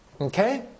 Okay